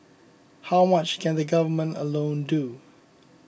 how much can the Government alone do